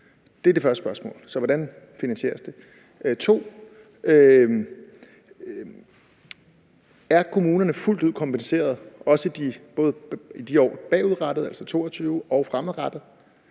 det er det første spørgsmål: Hvordan finansieres det? Det andet er: Er kommunerne fuldt ud kompenseret, også de her år bagudrettet, altså 2022, og fremadrettet?